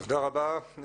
תודה רבה.